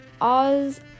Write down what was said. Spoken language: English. oz